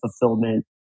fulfillment